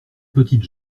petites